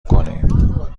کنیم